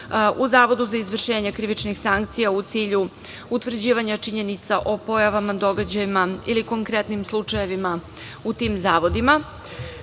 u Zavodu za izvršenje krivičnih sankcija, u cilju utvrđivanja činjenica o pojavama, događajima ili konkretnim slučajevima u tim zavodima. Takođe,